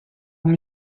uma